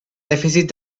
dèficit